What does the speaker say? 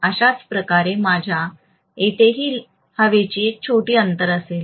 अशाच प्रकारे माझ्या येथेही हवेची एक छोटी अंतर असेल